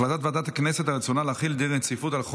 החלטת ועדת הכנסת על רצונה להחיל דין רציפות על הצעת